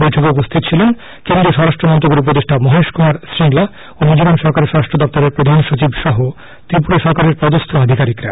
বৈঠকে উপস্থিত ছিলেন কেন্দ্রীয় স্বরাষ্ট্রমন্ত্রকের উপদেষ্টা মহেশ কুমার শিংলা ও মিজোরাম সরকারের স্বরাষ্ট্র দপ্তরের প্রধান সচিব সহ ত্রিপুরা সরকারের পদস্থ আধিকারিকরা